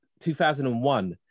2001